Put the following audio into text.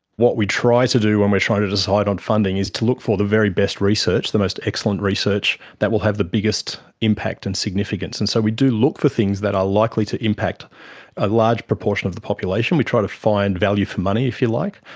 what we try to do when we're trying to decide on funding is to look for the very best research, the most excellent research that will have the biggest impact and significance, and so we do look for things that are likely to impact a large proportion of the population. we try to find value for money, if you like,